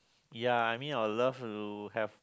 ya I mean I will love to have